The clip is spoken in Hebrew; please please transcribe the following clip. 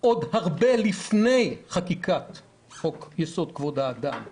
עוד הרבה לפני חקיקת חוק יסוד: כבוד האדם וחירותו,